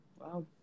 Wow